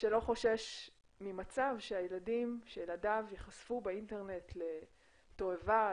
שלא חושש ממצב שילדיו יחשפו באינטרנט לתובעה,